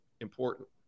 important